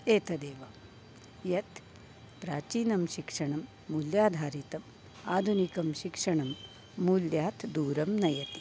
एतदेव यत् प्राचीनं शिक्षणं मूल्याधारितम् आधुनिकं शिक्षणं मूल्यात् दूरं नयति